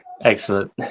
excellent